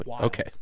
Okay